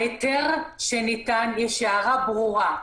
בהיתר שניתן יש הערה ברורה: